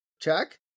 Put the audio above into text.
check